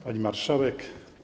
Pani Marszałek!